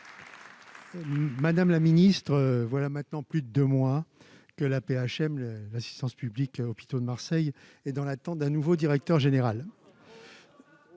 Madame la ministre, voilà maintenant plus de deux mois que l'Assistance publique-Hôpitaux de Marseille, l'AP-HM, est dans l'attente d'un nouveau directeur général.